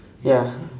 ya